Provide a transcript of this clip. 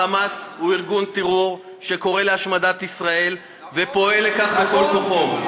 החמאס הוא ארגון טרור שקורא להשמדת ישראל ופועל לכך בכל כוחו.